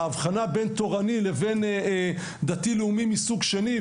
ההבחנה בין תורני לבין דתי-לאומי מסוג שני,